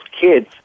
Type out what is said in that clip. kids